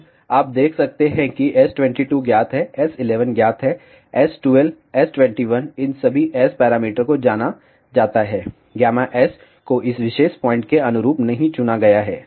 अब आप देख सकते हैं कि S22 ज्ञात है S11 ज्ञात है S12 S21 इन सभी S पैरामीटर को जाना जाता है S को इस विशेष पॉइंट के अनुरूप नहीं चुना गया है